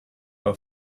her